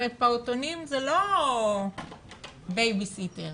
פעוטונים זה לא בייבי סיטר.